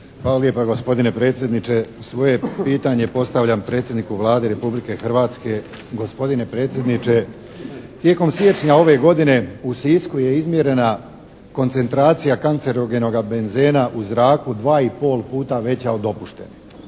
Hvala lijepa, gospodine predsjedniče. Svoje pitanje postavljam predsjedniku Vlade Republike Hrvatske. Gospodine predsjedniče, tijekom siječnja ove godine u Sisku je izmjerena koncentracija kancerogenoga benzina u zraku 2 i pol puta veća od dopuštene.